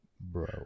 bro